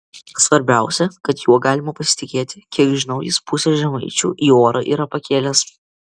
svarbiausia kad juo galima pasitikėti kiek žinau jis pusę žemaičių į orą yra pakėlęs